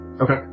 Okay